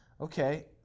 okay